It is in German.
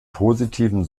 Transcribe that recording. positiven